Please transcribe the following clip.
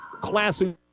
classic